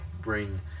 bring